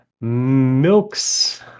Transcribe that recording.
milks